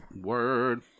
Word